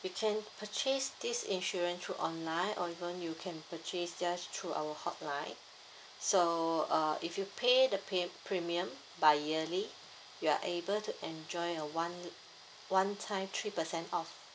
you can purchase this insurance through online or even you can purchase just through our hotline so uh if you pay the pay pre~ premium by yearly you are able to enjoy a one one time three percent off